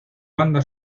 banda